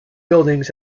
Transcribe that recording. buildings